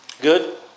Good